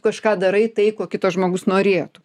kažką darai tai ko kito žmogus norėtų